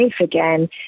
again